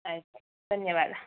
ಆಯಿತು ಧನ್ಯವಾದ